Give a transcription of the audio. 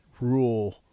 rule